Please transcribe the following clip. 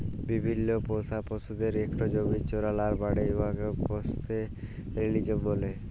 বিভিল্ল্য পোষা পশুদের ইকট জমিতে চরাল আর বাড়ে উঠাকে পাস্তরেলিজম ব্যলে